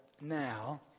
now